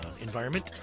environment